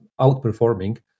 outperforming